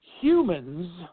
Humans